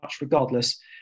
regardless